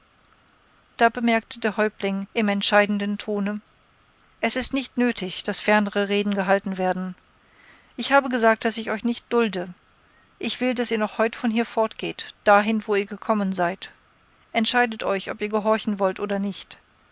da bemerkte der häuptling im entscheidenden tone es ist nicht nötig daß fernere reden gehalten werden ich habe gesagt daß ich euch nicht dulde ich will daß ihr noch heut von hier fortgeht dahin woher ihr gekommen seid entscheidet euch ob ihr gehorchen wollt oder nicht